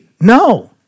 No